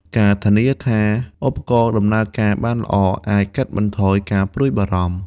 ការធានាថាឧបករណ៍ដំណើរការបានល្អ អាចកាត់បន្ថយការព្រួយបារម្ភ។